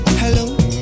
hello